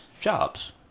jobs